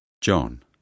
John